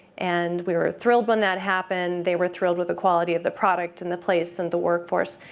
and we were thrilled when that happened. they were thrilled with the quality of the product and the place and the workforce.